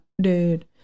dude